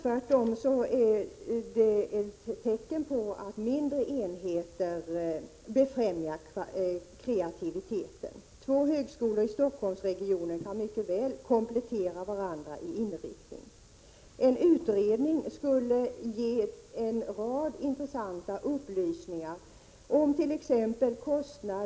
Tvärtom är detta ett tecken på att mindre enheter befrämjar kreativiteten. Två högskolor i Stockholmsregionen kan mycket väl komplettera varandra när det gäller inriktningen. En utredning skulle ge en rad intressanta upplysningar om t.ex. kostnader.